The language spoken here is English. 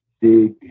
big